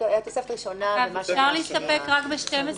אפשר להסתפק רק ב-12,